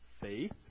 Faith